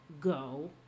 go